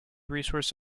resource